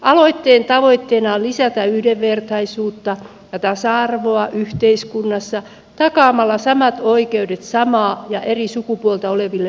aloitteen tavoitteena on lisätä yhdenvertaisuutta ja tasa arvoa yhteiskunnassa takaamalla samat oikeudet samaa ja eri sukupuolta oleville pareille